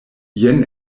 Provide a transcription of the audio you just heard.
jen